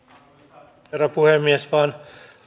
arvoisa herra puhemies vain